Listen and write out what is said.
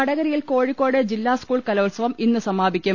വടകരയിൽ കോഴിക്കോട് ജില്ലാ സ്കൂൾ കലോത്സവം ഇന്ന് സമാപിക്കും